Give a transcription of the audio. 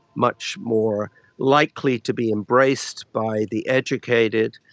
much more likely to be embraced by the educated.